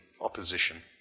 opposition